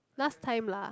last time lah